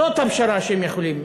זאת הפשרה שהם יכולים.